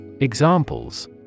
Examples